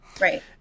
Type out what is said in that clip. Right